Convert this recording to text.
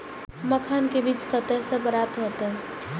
मखान के बीज कते से प्राप्त हैते?